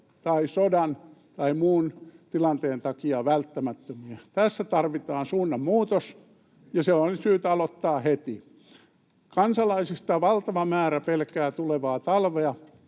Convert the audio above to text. tai sodan tai muun tilanteen takia välttämättömiä. Tässä tarvitaan suunnanmuutos, ja se on syytä aloittaa heti. Kansalaisista valtava määrä pelkää tulevaa talvea.